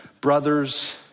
Brothers